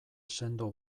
sendo